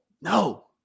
No